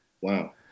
Wow